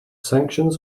sanctions